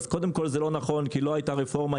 אז קודם כול זה לא נכון כי לא הייתה רפורמה,